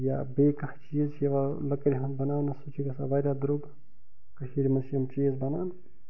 یا بیٚیہِ کانٛہہ چیٖز چھِ یوان لَکٕرِ ہُنٛد بناونہٕ سُہ چھِ گژھان واریاہ درٛۅگ کٔشیٖر منٛز چھِ یِم چیٖز بنان